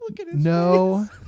No